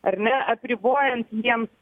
ar ne apribojant jiems